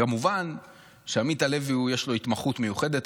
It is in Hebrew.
כמובן שלעמית הלוי יש התמחות מיוחדת.